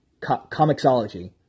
Comicsology